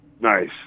Nice